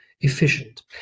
efficient